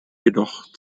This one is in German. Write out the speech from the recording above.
jedoch